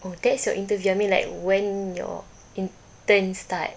oh that's your interview I mean like when your intern start